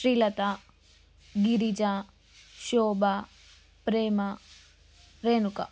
Srilatha Girija Shobha Prema Renuka